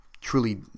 truly